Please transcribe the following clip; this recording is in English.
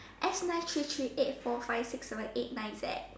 S nine three three four five six seven eight nine Z